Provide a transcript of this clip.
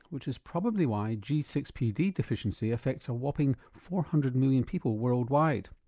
which is probably why g six p d deficiency affects a whopping four hundred million people worldwide.